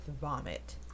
vomit